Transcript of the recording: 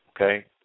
okay